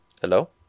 Hello